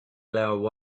allow